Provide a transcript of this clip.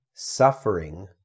suffering